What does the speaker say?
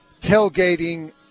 tailgating